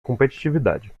competitividade